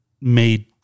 made